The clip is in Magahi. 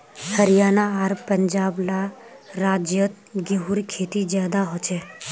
हरयाणा आर पंजाब ला राज्योत गेहूँर खेती ज्यादा होछे